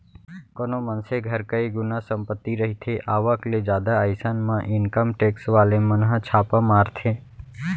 कोनो मनसे घर कई गुना संपत्ति रहिथे आवक ले जादा अइसन म इनकम टेक्स वाले मन ह छापा मारथे